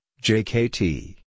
J-K-T